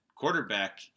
quarterback